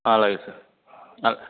అలాగే సార్ అల